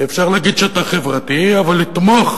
כי אפשר להגיד שאתה חברתי אבל לתמוך